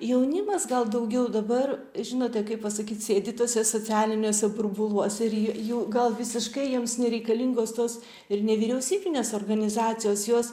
jaunimas gal daugiau dabar žinote kaip pasakyt sėdi tuose socialiniuose burbuluose ir j jų gal visiškai jiems nereikalingos tos ir nevyriausybinės organizacijos jos